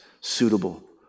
suitable